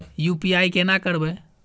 UPI केना करबे?